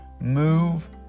move